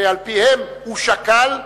ועל-פיהם הוא שקל והחליט.